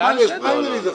לתמר יש פריימריז עכשיו.